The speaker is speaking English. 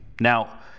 Now